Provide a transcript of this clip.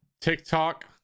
TikTok